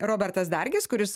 robertas dargis kuris